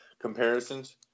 comparisons